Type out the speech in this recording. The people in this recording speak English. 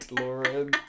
lauren